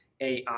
AI